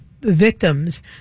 victims